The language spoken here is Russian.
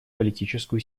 политическую